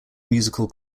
musical